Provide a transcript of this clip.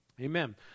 Amen